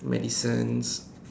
medicines